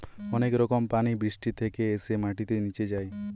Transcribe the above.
অনেক রকম পানি বৃষ্টি থেকে এসে মাটিতে নিচে যায়